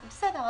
בסדר,